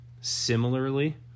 similarly